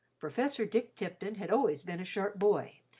professor dick tipton had always been a sharp boy,